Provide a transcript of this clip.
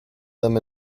them